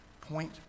point